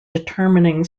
determining